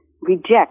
reject